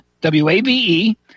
W-A-V-E